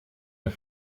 een